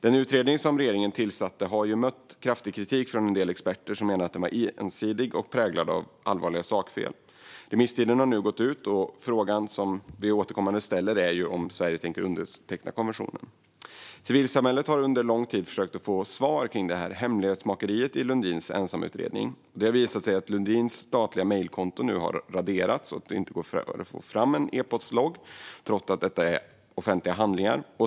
Den utredning som regeringen tillsatte har mött kraftig kritik från en del experter som menar att den var ensidig och präglad av allvarliga sakfel. Remisstiden har nu gått ut, och frågan som vi återkommande ställer är om Sverige tänker underteckna konventionen. Civilsamhället har under lång tid försökt få svar om hemlighetsmakeriet i Lundins ensamutredning. Det har visat sig att Lundins statliga mejlkonto har raderats och att det inte går att få fram en e-postlogg trots att detta är offentliga handlingar.